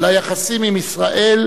ליחסים עם ישראל,